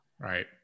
Right